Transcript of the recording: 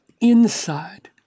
inside